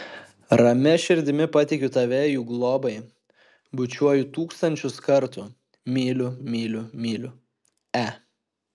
ramia širdimi patikiu tave jų globai bučiuoju tūkstančius kartų myliu myliu myliu e